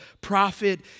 prophet